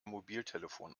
mobiltelefon